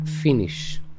finish